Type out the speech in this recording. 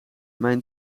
mijn